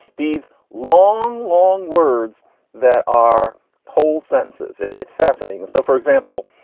these long, long words that are whole sentences. it's fascinating. so, for example,